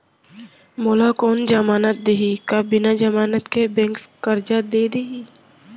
मोला कोन जमानत देहि का बिना जमानत के बैंक करजा दे दिही?